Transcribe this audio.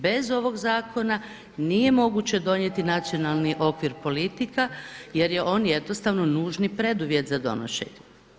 Bez ovog zakona nije moguće donijeti nacionalni okvir politika jer je on jednostavno nužni preduvjet za donošenje.